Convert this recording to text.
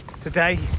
today